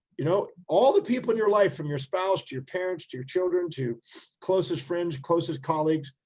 you know, all the people in your life, from your spouse, to your parents, to your children, to closest friends, closest colleagues.